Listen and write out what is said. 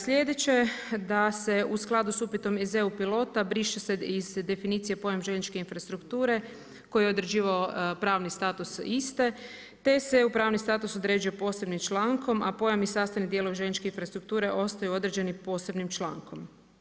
Sljedeće da se u skladu sa upitom … pilota briše se iz definicije pojam željezničke infrastrukture koji je određivao pravni status iste te se u pravni status određuje posebnim člankom a pojam i sastavni dio željezničke infrastrukture ostaje određenim posebnim člankom.